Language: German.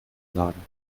laden